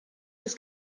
des